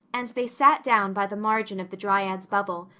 and they sat down by the margin of the dryad's bubble,